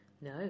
No